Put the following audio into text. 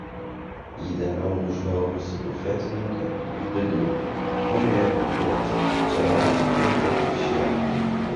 įdėmiau nužvelgusi bufetininką ji pridūrė vaje pilieti červoncų turite kaip šieno